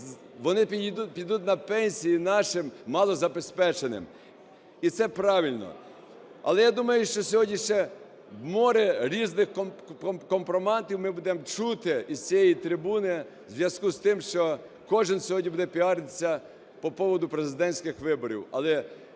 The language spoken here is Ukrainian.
вони підуть на пенсії нашим малозабезпеченим. І це правильно. Але я думаю, що сьогодні ще море різних компроматів ми будемо чути із цієї трибуни у зв'язку з тим, що кожен сьогодні буде піаритися по поводу президентських виборів.